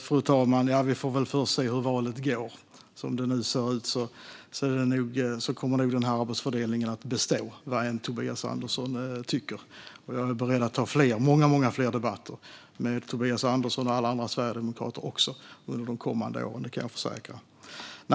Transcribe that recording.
Fru talman! Vi får väl först se hur valet går. Som det nu ser ut kommer nog denna arbetsfördelning att bestå, vad än Tobias Andersson tycker. Jag är beredd att ta många, många fler debatter med Tobias Andersson och alla andra sverigedemokrater under de kommande åren. Det kan jag försäkra.